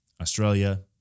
Australia